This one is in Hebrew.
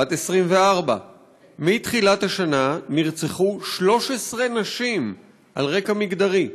בת 24. מתחילת השנה נרצחו 13 נשים על רקע מגדרי.